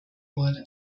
wurde